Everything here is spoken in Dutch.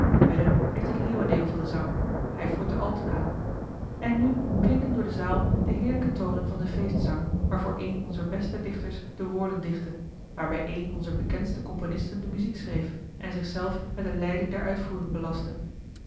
willem heeft het leeuwendeel van den zang hij voert de alten aan en nu klinken door de zaal de heerlijke tonen van den feestzang waarvoor een onzer beste dichters de woorden dichtte waarbij een onzer bekendste componisten de muziek schreef en zich zelf met de leiding der uitvoering belastte